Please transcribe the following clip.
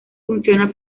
funciona